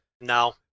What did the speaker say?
no